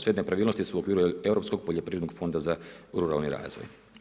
Sve nepravilnosti su u okviru Europskog poljoprivrednog fonda za ruralni razvoj.